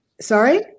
Sorry